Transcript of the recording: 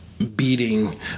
beating